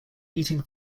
eating